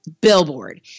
billboard